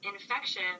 infection